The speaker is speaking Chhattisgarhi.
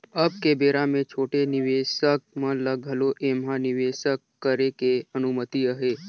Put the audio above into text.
अब के बेरा मे छोटे निवेसक मन ल घलो ऐम्हा निवेसक करे के अनुमति अहे